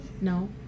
No